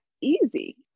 easy